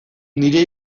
nire